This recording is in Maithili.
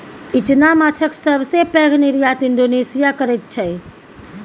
इचना माछक सबसे पैघ निर्यात इंडोनेशिया करैत छै